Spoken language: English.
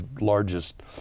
largest